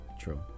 true